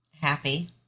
happy